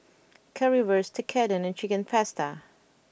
Currywurst Tekkadon and Chicken Pasta